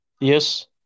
Yes